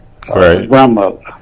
grandmother